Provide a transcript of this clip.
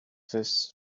this